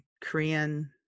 Korean